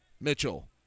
Mitchell